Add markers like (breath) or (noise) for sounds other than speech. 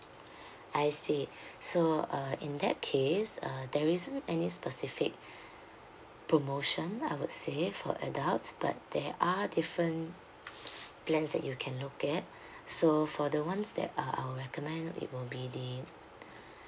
I see (breath) so uh in that case uh there isn't any specific promotion I would say for adults but there are different (breath) plans that you can look at (breath) so for the ones that uh I'll recommend it will be the